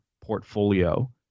portfolio